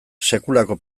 sekulako